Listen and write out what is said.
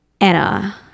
Anna